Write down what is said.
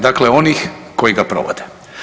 Dakle onih koji ga provode.